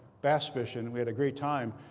bass fishing. and we had a great time.